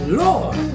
lord